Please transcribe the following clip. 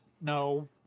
No